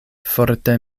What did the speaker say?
forte